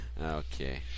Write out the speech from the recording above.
okay